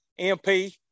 MP